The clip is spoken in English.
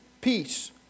peace